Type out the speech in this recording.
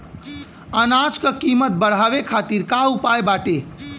अनाज क कीमत बढ़ावे खातिर का उपाय बाटे?